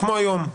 כמו היום.